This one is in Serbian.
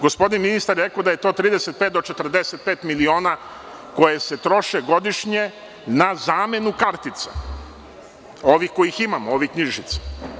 Gospodin ministar je rekao da je to 35 do 45 miliona koje se troše godišnje na zamenu kartica, ovih koje imamo, ovih knjižica.